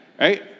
Right